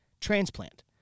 transplant